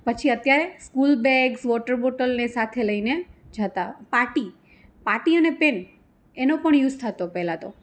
પછી અત્યારે school bags water બોટલને સાથે લઈને જતા પાટી પાટી અને પેન એનો પણ યુસ થતો પહેલાં તો